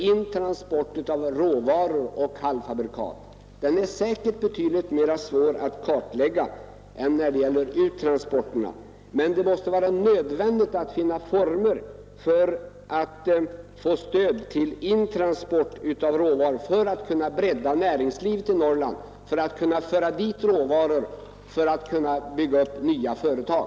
Intransporterna av råvaror och halvfabrikat är säkert betydligt svårare att kartlägga än uttransporterna, men det måste vara nödvändigt att finna former för ett stöd till intransport av råvaror för att kunna bredda näringslivet i Norrland, för att kunna föra dit råvaror och för att kunna bygga upp nya företag.